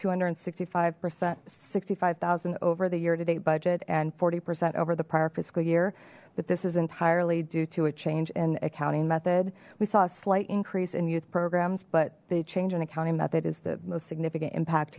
two hundred and sixty five percent sixty five thousand over the year today budget and forty percent over the prior fiscal year but this is entirely due to a change in accounting method we saw a slight increase in youth programs but they change an accounting method is the most significant impact